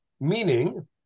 meaning